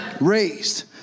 raised